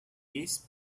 eats